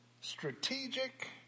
strategic